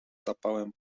zapałem